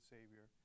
Savior